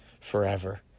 forever